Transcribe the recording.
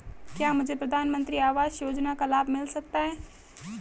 क्या मुझे प्रधानमंत्री आवास योजना का लाभ मिल सकता है?